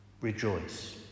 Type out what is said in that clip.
Rejoice